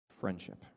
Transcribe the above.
friendship